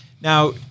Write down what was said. Now